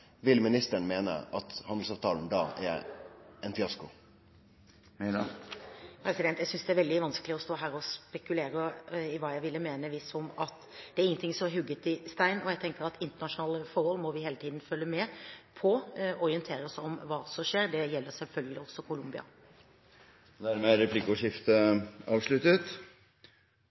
vil ministeren meine at handelsavtalen da er ein fiasko? Jeg synes det er veldig vanskelig å stå her å spekulere i hva jeg ville mene hvis, om, at. Det er ingen ting som er hugget i stein, og jeg tenker at internasjonale forhold må vi hele tiden følge med på og orientere oss om hva som skjer. Det gjelder selvfølgelig også i Colombia. Dermed er replikkordskiftet avsluttet.